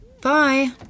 bye